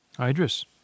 Idris